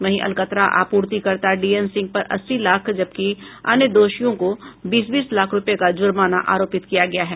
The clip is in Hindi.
वहीं अलकतरा आपूर्तिकर्ता डी एन सिंह पर अस्सी लाख जबकि अन्य दोषियों को बीस बीस लाख रुपये का जुर्माना आरोपित गया है